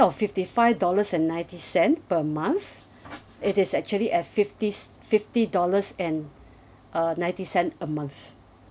fifty five dollars and ninety cent per month it is actually at fifties fifty dollars and uh ninety cent a month